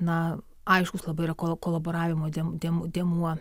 na aiškus labai yra kolaboravimo dėmuo